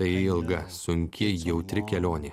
tai ilga sunki jautri kelionė